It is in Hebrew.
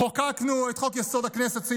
חוקקנו את חוק-יסוד: הכנסת,